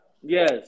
Yes